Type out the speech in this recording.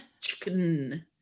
Chicken